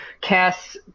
cast